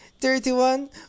Thirty-one